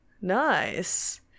Nice